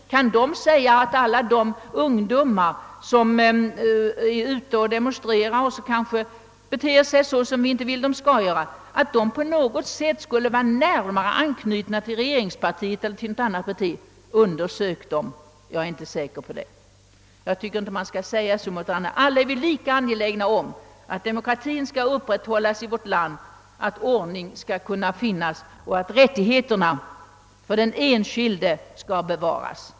Kan de bevisa att alla de ungdomar, som är ute och demonstrerar och kanske beter sig som vi inte vill att de skall göra, på något sätt skulle vara närmare an knutna till regeringspartiet än till något annat parti? Undersök dem; jag är inte så säker på det! Jag tycker inte att man skall yttra sig så om andra. Alla är vi lika angelägna om att demokratin skall upprätthållas i vårt land, att ordning skall finnas och att rättigheterna för den anskilde skall bevaras.